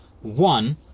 One